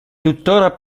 tuttora